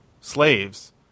slaves